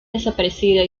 desaparecida